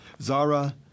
Zara